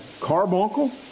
carbuncle